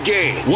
Game